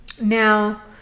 Now